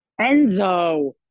Enzo